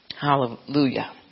Hallelujah